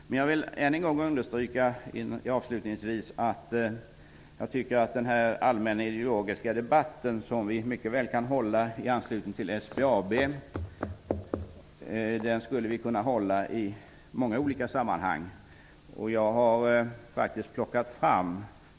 Men jag vill avslutningsvis än en gång understryka att jag tycker att vi skulle kunna hålla den allmänna ideologiska debatten i många olika sammanhang, men vi kan mycket väl hålla den också i anslutning till SBAB.